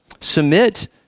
Submit